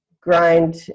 grind